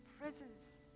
presence